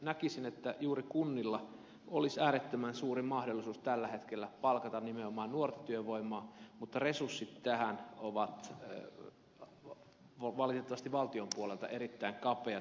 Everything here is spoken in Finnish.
näkisin että juuri kunnilla olisi äärettömän suuri mahdollisuus tällä hetkellä palkata nimenomaan nuorta työvoimaa mutta resurssit tähän ovat valitettavasti valtion puolelta erittäin kapeat